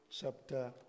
Chapter